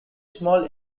small